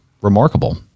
Remarkable